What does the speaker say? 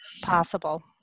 possible